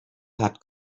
had